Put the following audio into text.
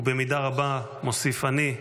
ומוסיף אני,